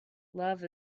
love